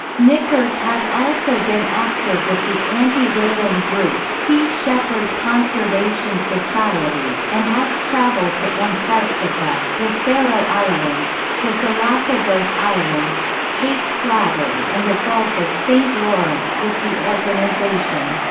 nickarz has also been active with the anti-whaling group sea shepherd conservation society, and has traveled to antarctica, the faroe islands, the galapagos islands, cape flattery and the gulf of st. lawrence with the organization.